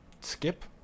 Skip